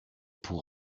pour